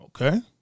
Okay